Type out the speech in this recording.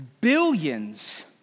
billions